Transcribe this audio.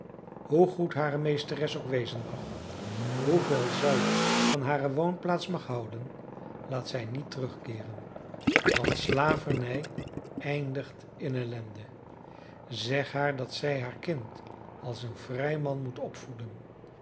hoe goed hare meesteres ook wezen mag hoeveel zij van hare woonplaats mag houden laat zij niet terugkeeren want slavernij eindigt in ellende zeg haar dat zij haar kind als een vrij man moet opvoeden